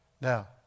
Now